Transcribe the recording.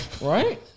Right